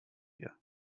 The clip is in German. wir